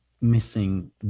missing